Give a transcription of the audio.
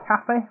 cafe